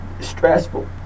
Stressful